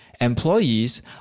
Employees